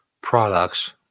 products